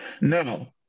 Now